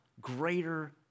greater